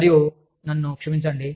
మరియు నన్ను క్షమించండి